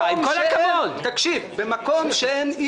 משאב, כשאתה